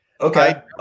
Okay